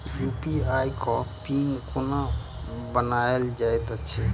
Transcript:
UPI केँ PIN केना बनायल जाइत अछि